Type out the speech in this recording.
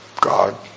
God